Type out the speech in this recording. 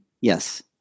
Yes